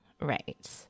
Right